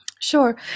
Sure